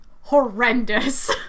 horrendous